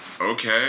Okay